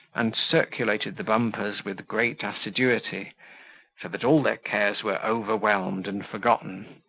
and circulated the bumpers with great assiduity so that all their cares were overwhelmed and forgotten,